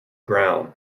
ground